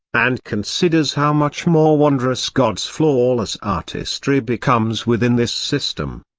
and considers how much more wondrous god's flawless artistry becomes within this system.